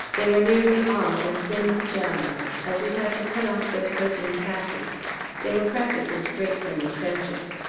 they were nearly all in thin pyjamas, as we'd had to cut off their soaking khaki they were practically straight from the trenches.